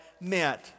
meant